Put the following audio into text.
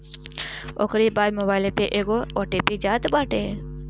ओकरी बाद मोबाईल पे एगो ओ.टी.पी जात बाटे